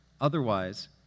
Otherwise